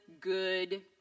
good